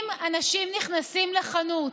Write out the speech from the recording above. אם אנשים נכנסים לחנות,